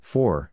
Four